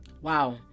Wow